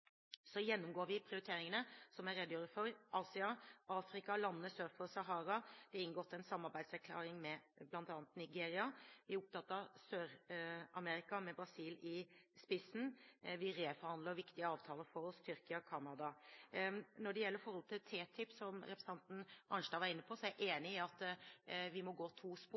Så gjennomgår vi prioriteringene som jeg redegjorde for: Asia og Afrika sør for Sahara. Det er enighet om en samarbeidserklæring med bl.a. Nigeria. Vi er opptatt av Sør-Amerika, med Brasil i spissen. Vi reforhandler viktige avtaler for en styrking når det gjelder Canada. Når det gjelder forholdet til TTIP, som representanten Arnstad var inne på, er jeg enig i at vi må følge to spor.